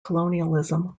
colonialism